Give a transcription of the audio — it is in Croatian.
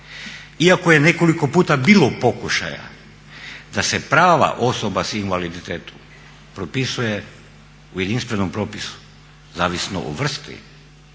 Iako je nekoliko puta bilo pokušaja da se prava osoba s invaliditetom propisuje u jedinstvenom propisu, zavisno o vrsti